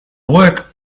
work